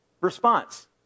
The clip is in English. response